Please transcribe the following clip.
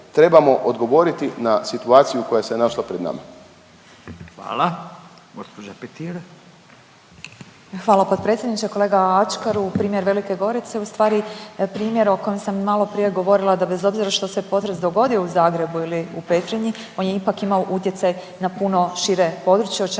Petir. **Petir, Marijana (Nezavisni)** Hvala potpredsjedniče. Kolega Ačkaru primjer Velike Gorice je u stvari primjer o kojem sam malo prije dogodila, da bez obzira što se potres dogodio u Zagrebu ili u Petrinji, on je ipak imao utjecaj na puno šire područje, o čemu